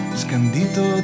scandito